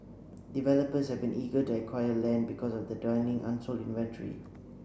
developers have been eager to acquire land because of the dwindling unsold inventory